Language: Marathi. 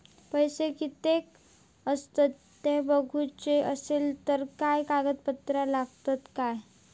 पैशे कीतके आसत ते बघुचे असले तर काय कागद पत्रा लागतात काय?